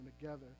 together